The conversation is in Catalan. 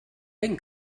ben